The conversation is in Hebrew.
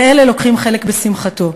ואלה לוקחים חלק בשמחתו.